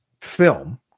film